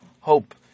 Hope